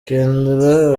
kendra